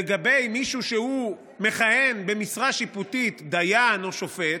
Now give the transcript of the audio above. לגבי מישהו שמכהן במשרה שיפוטית, דיין או שופט,